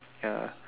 ya